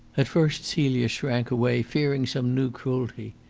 at first celia shrank away, fearing some new cruelty.